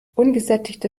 ungesättigte